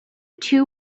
two